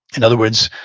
in other words,